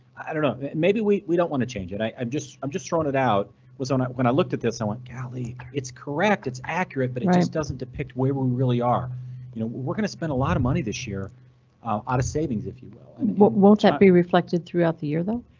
i don't know. maybe we we don't want to change it. i i'm just. i'm just throwing it out was on when i looked at this. i went golly it's correct, it's accurate, but it just doesn't depict where we really are. you know we're going to spend a lot of money this year out of savings if you will. and but won't that be reflected throughout the year though?